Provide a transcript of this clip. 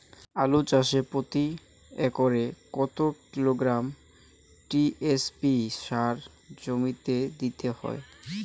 আলু চাষে প্রতি একরে কত কিলোগ্রাম টি.এস.পি সার জমিতে দিতে হয়?